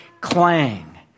clang